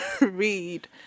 read